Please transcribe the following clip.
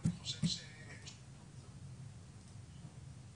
יכולות להיות פה הרבה התפתחויות.